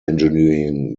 engineering